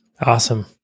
Awesome